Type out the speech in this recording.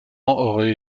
aurait